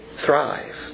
thrive